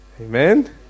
Amen